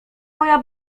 moja